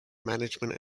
management